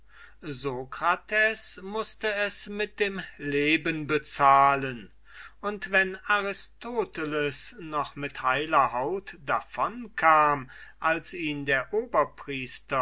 sokrates mußt es mit dem leben bezahlen und wenn aristoteles mit ganzer haut davon kam als ihn der